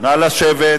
נא לשבת.